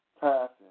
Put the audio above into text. passing